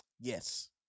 Yes